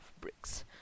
Bricks